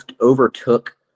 overtook